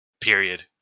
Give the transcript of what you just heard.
Period